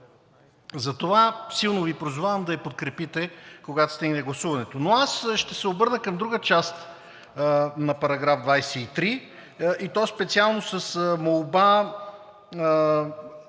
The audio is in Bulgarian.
Затова силно Ви призовавам да я подкрепите, когато се стигне до гласуването. Но аз ще се обърна към друга част на § 23, и то специално с молба